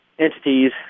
Entities